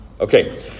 Okay